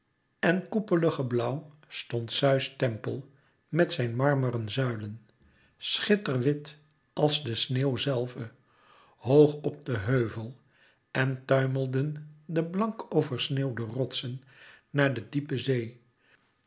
en koepelige blauw stond zeus tempel met zijn marmeren zuilen schitterwit als de sneeuw zelve hoog op den heuvel en tuimelden de blank oversneeuwde rotsen naar de diepe zee